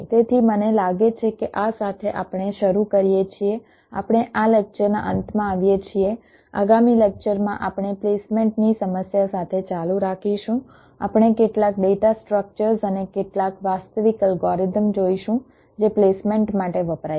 તેથી મને લાગે છે કે આ સાથે આપણે શરૂ કરીએ છીએ આપણે આ લેક્ચરના અંતમાં આવીએ છીએ આગામી લેક્ચરમાં આપણે પ્લેસમેન્ટની સમસ્યા સાથે ચાલુ રાખીશું આપણે કેટલાક ડેટા સ્ટ્રક્ચર્સ અને કેટલાક વાસ્તવિક અલ્ગોરિધમ જોઈશું જે પ્લેસમેન્ટ માટે વપરાય છે